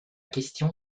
question